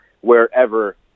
wherever